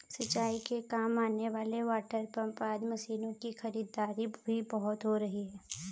सिंचाई के काम आने वाले वाटरपम्प आदि मशीनों की खरीदारी भी बहुत हो रही है